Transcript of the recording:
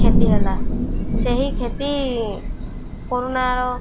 କ୍ଷତି ହେଲା ସେହି କ୍ଷତି କରୋନାର